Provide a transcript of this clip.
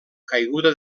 caiguda